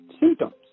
symptoms